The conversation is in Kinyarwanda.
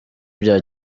bya